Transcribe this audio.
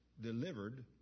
delivered